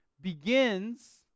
begins